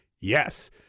Yes